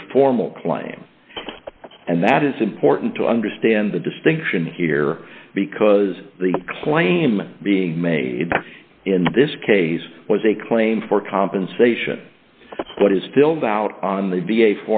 a formal claim and that is important to understand the distinction here because the claim being made in this case was a claim for compensation but is filled out on the